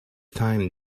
time